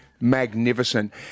Magnificent